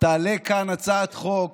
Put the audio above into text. תעלה כאן הצעת חוק